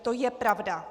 To je pravda.